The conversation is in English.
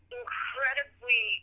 incredibly